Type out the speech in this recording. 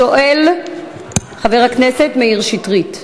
השואל, חבר הכנסת מאיר שטרית.